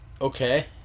Okay